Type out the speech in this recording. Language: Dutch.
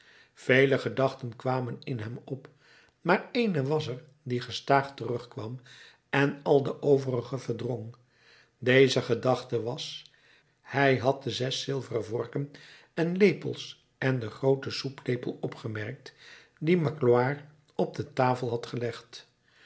vele gedachten kwamen in hem op maar ééne was er die gestadig terugkwam en al de overige verdrong deze gedachte was hij had de zes zilveren vorken en lepels en den grooten soeplepel opgemerkt die magloire op de tafel had gelegd